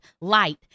light